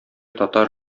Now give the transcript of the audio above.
татар